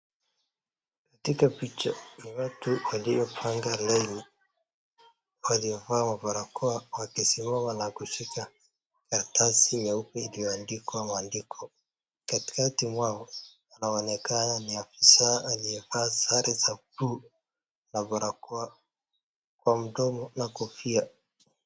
Katika picha kuna watu waliopanga laini, waliovaa barakoa wakisimama na kushika karatasi nyeupe iliyo andikwa maandiko, katikati mwao inaonekana ni afisaa aliyevaa sare za buluu na barakoa kwa mdomo na kofia.